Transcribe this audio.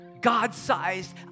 God-sized